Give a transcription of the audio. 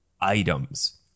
items